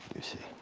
you see,